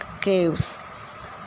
caves